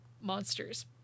monsters